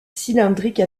cylindrique